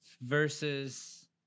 versus